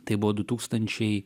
tai buvo du tūkstančiai